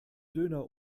döner